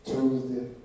Tuesday